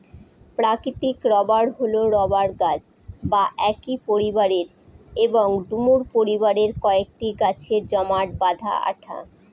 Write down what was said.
প্রাকৃতিক রবার হল রবার গাছ বা একই পরিবারের এবং ডুমুর পরিবারের কয়েকটি গাছের জমাট বাঁধা আঠা